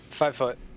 Five-foot